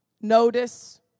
notice